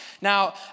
Now